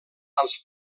als